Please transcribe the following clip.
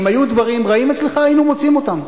אם היו דברים רעים אצלך היינו מוציאים אותם,